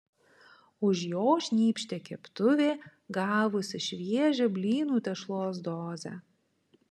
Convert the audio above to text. už jo šnypštė keptuvė gavusi šviežią blynų tešlos dozę